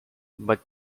but